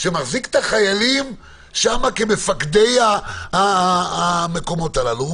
שמחזיק את החיילים שם כמפקדי המקומות הללו: